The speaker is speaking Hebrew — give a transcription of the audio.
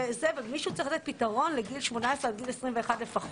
מישהו צריך לתת פתרון לגיל 18 עד 21 לפחות.